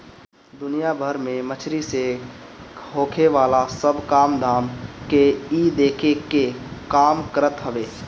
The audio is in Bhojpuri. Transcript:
दुनिया भर में मछरी से होखेवाला सब काम धाम के इ देखे के काम करत हवे